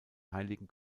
heiligen